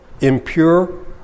impure